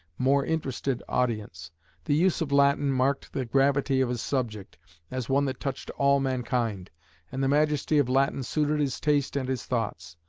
more interested audience the use of latin marked the gravity of his subject as one that touched all mankind and the majesty of latin suited his taste and his thoughts.